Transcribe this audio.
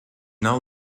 now